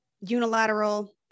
unilateral